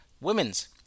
Women's